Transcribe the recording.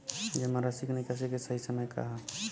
जमा राशि क निकासी के सही समय का ह?